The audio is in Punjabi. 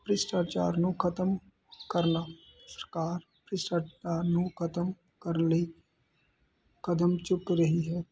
ਭ੍ਰਿਸ਼ਟਾਚਾਰ ਨੂੰ ਖ਼ਤਮ ਕਰਨਾ ਸਰਕਾਰ ਭ੍ਰਿਸ਼ਟਾਚਾਰ ਨੂੰ ਖ਼ਤਮ ਕਰਨ ਲਈ ਕਦਮ ਚੁੱਕ ਰਹੀ ਹੈ